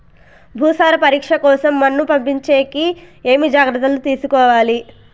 భూసార పరీక్ష కోసం మన్ను పంపించేకి ఏమి జాగ్రత్తలు తీసుకోవాలి?